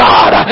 God